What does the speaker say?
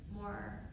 more